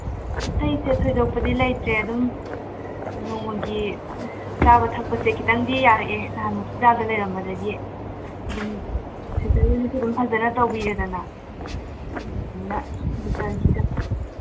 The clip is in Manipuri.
ꯑꯇꯩꯁꯦ ꯊꯣꯏꯗꯣꯛꯄꯗꯤ ꯂꯩꯇ꯭ꯔꯦ ꯑꯗꯨꯝ ꯅꯣꯡꯃꯒꯤ ꯆꯥꯕ ꯊꯛꯄꯁꯦ ꯈꯤꯇꯪꯗꯤ ꯌꯥꯔꯛꯑꯦ ꯅꯍꯥꯟ ꯍꯣꯁꯄꯤꯇꯥꯜꯗ ꯂꯩꯔꯝꯕꯗꯒꯤ ꯑꯗꯨꯝ ꯁꯤꯁꯇꯔꯍꯣꯏꯅꯁꯨ ꯐꯖꯅ ꯑꯗꯨꯝ ꯇꯧꯕꯤꯔꯦꯗꯅ ꯑꯗꯨꯗꯨꯅ ꯗꯣꯛꯇꯔꯒꯤ ꯍꯤꯗꯥꯛ